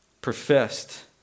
Professed